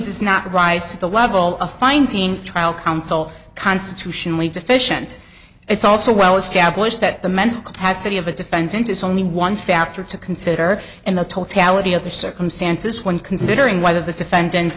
does not rise to the level of finding trial counsel constitutionally deficient it's also well established that the mental capacity of a defendant is only one factor to consider in the totality of the circumstances when considering whether the defendant